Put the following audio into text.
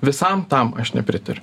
visam tam aš nepritariu